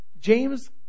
James